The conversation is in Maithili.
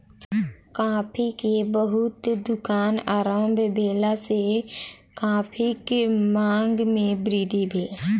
कॉफ़ी के बहुत दुकान आरम्भ भेला सॅ कॉफ़ीक मांग में वृद्धि भेल